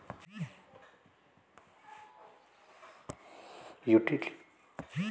Utility service లో current bill, నల్లా bill ఎలా కట్టాలి?